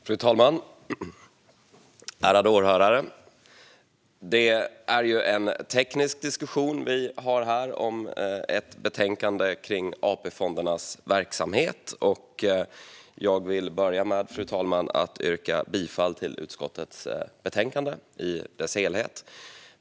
Fru talman och ärade åhörare! Detta är en teknisk diskussion om ett betänkande om AP-fondernas verksamhet. Jag vill börja med att yrka bifall till utskottets förslag i betänkandet i dess helhet.